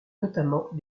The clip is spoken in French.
notamment